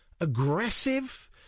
aggressive